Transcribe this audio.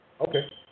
Okay